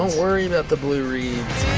worry about the blue reeds.